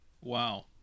Wow